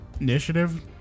Initiative